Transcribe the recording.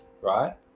Right